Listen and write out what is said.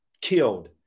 killed